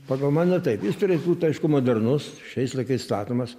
pagal mane taip jis turėtų būt aišku modernus šiais laikais statomas